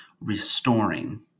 restoring